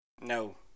No